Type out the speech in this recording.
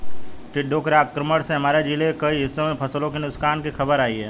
टिड्डों के आक्रमण से हमारे जिले के कई हिस्सों में फसलों के नुकसान की खबर आई है